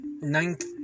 ninth